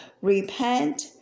Repent